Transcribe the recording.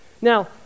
Now